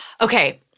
Okay